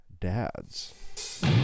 Dads